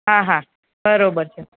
હા હા બરાબર છે